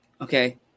Okay